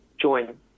join